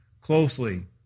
closely